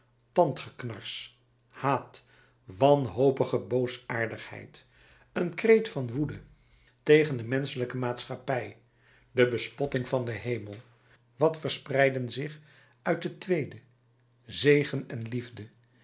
tandgeknars haat wanhopige boosaardigheid een kreet van woede tegen de menschelijke maatschappij de bespotting van den hemel wat verspreiden zich uit de tweede zegen en liefde